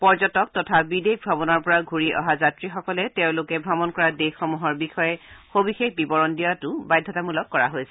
পৰ্যটক তথা বিদেশ ভ্ৰমণৰ পৰা ঘূৰি অহা যাত্ৰীসকলে তেওঁলোকে ভ্ৰমণ কৰা দেশসমূহৰ বিষয়ে সবিশেষ বিবৰণ দিয়াটো বাধ্যতামূলক কৰা হৈছে